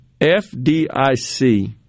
FDIC